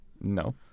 no